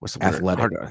athletic